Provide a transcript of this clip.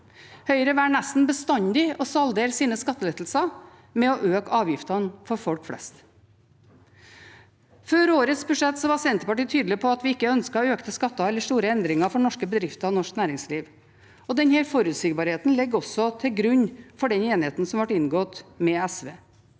Høyre velger nesten bestandig å saldere sine skattelettelser med å øke avgiftene for folk flest. Før årets budsjett var Senterpartiet tydelig på at vi ikke ønsket økte skatter eller store endringer for norske bedrifter og norsk næringsliv. Den forutsigbarheten ligger også til grunn for den enigheten som ble inngått med SV.